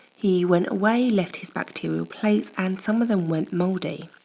he went away, left his bacterial plates, and some of them went moldy.